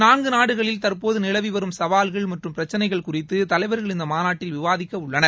நான்கு நாடுகளில் தற்போது நிலவிவரும் சவால்கள் மற்றும் பிரச்சினைகள் குறித்து தலைவர்கள் இந்த மாநாட்டில் விவாதிக்க உள்ளனர்